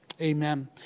amen